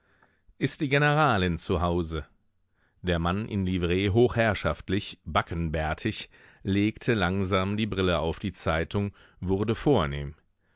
ist die generalin zu hause der mann in livree hochherrschaftlich backenbärtig legte langsam die brille auf die zeitung wurde vornehm